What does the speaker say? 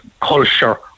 culture